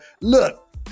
look